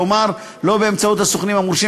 כלומר לא באמצעות הסוכנים המורשים